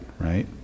right